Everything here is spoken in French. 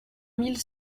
mille